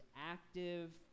active